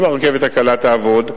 אם הרכבת הקלה תעבוד,